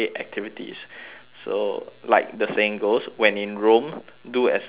so like the saying goes when in rome do as the romans do